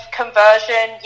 conversion